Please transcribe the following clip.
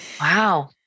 Wow